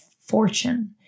fortune